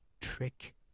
trick